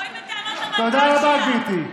תבואי בטענות למנכ"ל שלך, תודה רבה, גברתי.